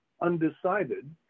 undecided